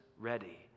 ready